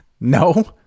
no